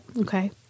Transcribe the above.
Okay